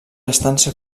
estança